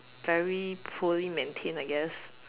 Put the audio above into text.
very poorly maintain I guess